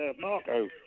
Marco